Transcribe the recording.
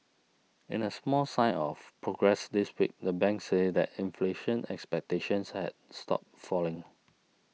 in a small sign of progress this week the bank said that inflation expectations had stopped falling